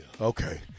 Okay